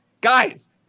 guys